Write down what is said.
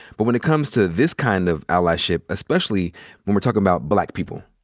but when it comes to this kind of allyship, especially when we're talking about black people,